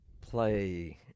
play